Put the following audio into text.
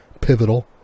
pivotal